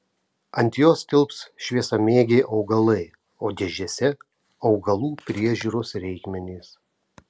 ant jos tilps šviesamėgiai augalai o dėžėse augalų priežiūros reikmenys